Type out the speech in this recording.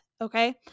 okay